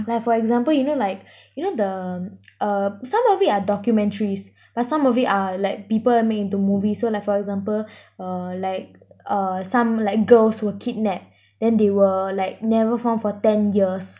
like for example you know like you know the uh some of it are documentaries but some of it are like people make into movie so like for example err like uh some like girls were kidnap then they were like never found for ten years